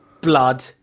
blood